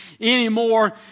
anymore